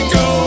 go